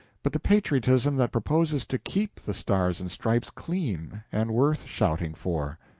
but the patriotism that proposes to keep the stars and stripes clean and worth shouting for.